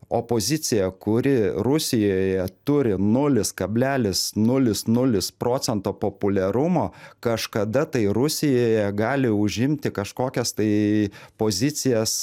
opozicija kuri rusijoje turi nulis kablelis nulis nulis procento populiarumo kažkada tai rusijoje gali užimti kažkokias tai pozicijas